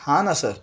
हा ना सर